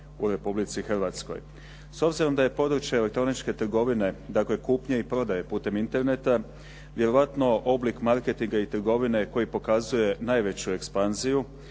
u Republici Hrvatskoj. S obzirom da je područje elektroničke trgovine, dakle, kupnje i prodaje putem interneta, vjerojatno oblik marketinga i trgovine koji pokazuje najveću ekspanziju